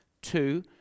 two